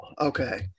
Okay